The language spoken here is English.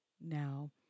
now